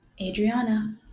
Adriana